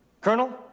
Colonel